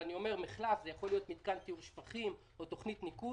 אני אומר מחלף אבל זה יכול להיות מתקן לטיהור שפכים או תוכנית ניקוז.